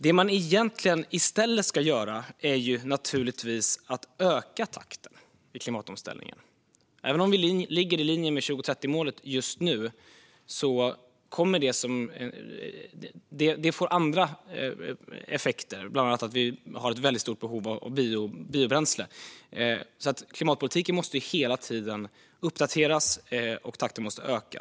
Det man egentligen ska göra i stället är naturligtvis att öka takten i klimatomställningen. Även om vi ligger i linje med 2030-målet just nu får det andra effekter. Det är bland annat att vi har ett väldigt stort behov av biobränsle. Klimatpolitiken måste hela tiden uppdateras, och takten måste öka.